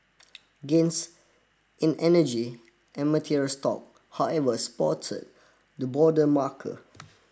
gains in energy and materials stock however spotted the broader marker